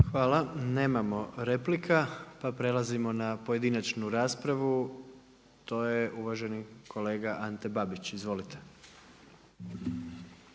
Hvala. Nemamo replika, pa prelazimo na pojedinačnu raspravu. To je uvaženi kolega Ante Babić. Izvolite.